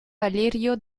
valerio